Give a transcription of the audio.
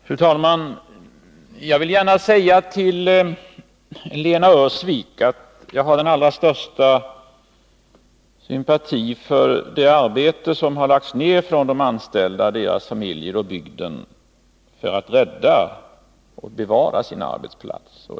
Fru talman! Jag vill gärna säga till Lena Öhrsvik att jag har den allra största sympati för det arbete som har lagts ner av de anställda, deras familjer och bygden för att rädda och bevara sina arbetsplatser.